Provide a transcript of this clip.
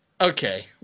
Okay